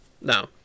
No